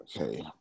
Okay